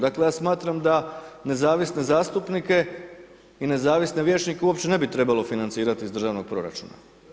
Dakle ja smatram da nezavisne zastupnike i nezavisne vijećnike uopće ne bi trebalo financirati iz Državnog proračuna.